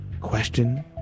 Question